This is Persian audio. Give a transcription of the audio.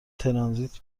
ترانزیت